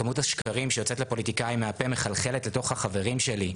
כמו השקרים שיוצאת לפוליטיקאים מהפה מחלחלת לתוך החברים שלי,